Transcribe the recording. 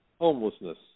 Homelessness